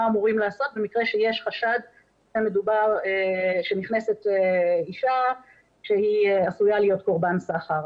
מה אמורים לעשות במקרה שיש חשד שנכנסת אישה שהיא עשויה להיות קורבן סחר.